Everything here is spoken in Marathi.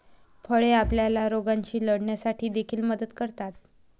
फळे आपल्याला रोगांशी लढण्यासाठी देखील मदत करतात